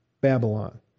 Babylon